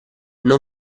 non